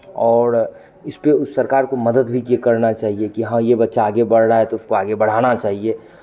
और इस पे उस सरकार को मदद भी के करना चाहिए कि हाँ ये बच्चा आगे बढ़ रहा है तो उसको आगे बढ़ाना चाहिए